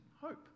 hope